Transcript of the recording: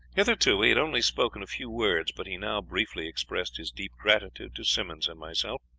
hitherto he had only spoken a few words but he now briefly expressed his deep gratitude to simmonds and myself.